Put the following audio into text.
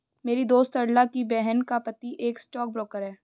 मेरी दोस्त सरला की बहन का पति एक स्टॉक ब्रोकर है